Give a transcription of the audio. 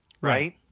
right